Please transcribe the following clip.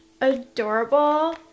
Adorable